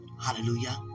Hallelujah